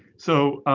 so